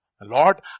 Lord